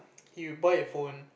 you buy a phone